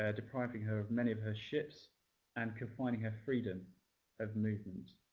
ah depriving her of many of her ships and confining her freedom of movement.